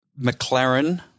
McLaren